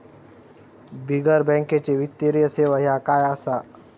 बिगर बँकेची वित्तीय सेवा ह्या काय असा?